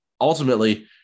ultimately